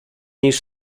niż